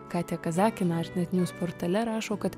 katė kazaki art net niuz portale rašo kad